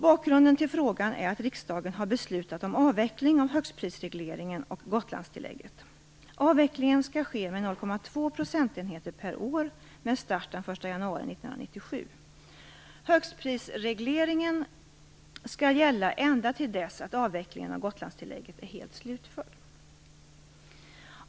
Bakgrunden till frågan är att riksdagen har beslutat om avveckling av högstprisregleringen och Gotlandstillägget. Avvecklingen skall ske med 0,2 procentenheter per år med start den 1 januari 1997.